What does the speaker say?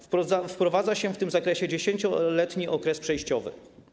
Wprowadza się w tym zakresie 10-letni okres przejściowy.